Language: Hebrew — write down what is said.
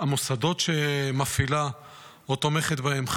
המוסדות שהיא מפעילה ותומכת בהם,